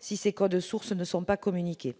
si ses codes sources ne sont pas communiqués,